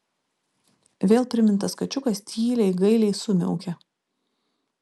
vėl primintas kačiukas tyliai gailiai sumiaukė